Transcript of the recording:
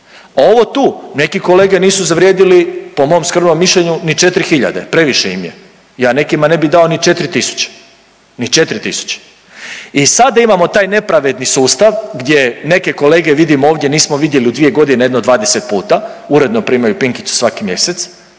ovo tu, neki kolege nisu zavrijedili, po mom skromnom mišljenju ni 4 hiljade, previše im je. Ja nekima ne bi dao ni 4 tisuće. Ni 4 tisuće. I sada imamo taj nepravedni sustav gdje neke kolege vidim ovdje, nismo vidjeli u 2 godine jedno 20 puta, urednu primaju pinkicu svaki mjesec,